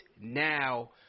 now